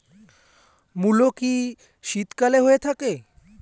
মূলো কি শীতকালে হয়ে থাকে?